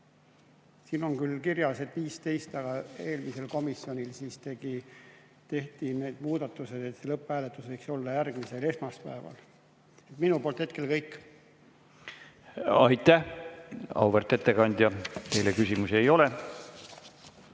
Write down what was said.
Siin on küll kirjas, et 15-ndal, aga eelmisel komisjoni istungil tehti muudatus, et lõpphääletus võiks olla järgmisel esmaspäeval. Minu poolt hetkel kõik. Aitäh, auväärt ettekandja! Teile küsimusi ei ole.